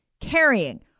carrying